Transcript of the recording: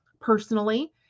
Personally